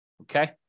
Okay